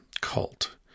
cult